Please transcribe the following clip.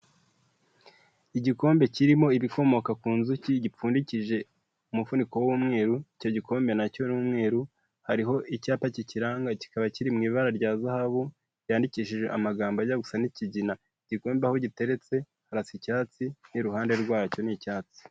Igikombe kirimo ibikomoka ku nzuki, gipfundikije umufuniko w'umweru, icyo gikombe na cyo ni umweru, hariho icyapa kikiranga, kikaba kiri mu ibara rya zahabu cyandikishije amagambo ajya gusa n'ikigina. Igikombe aho giteretse harasa icyatsi n'iruhande rwacyo ni icyatsi.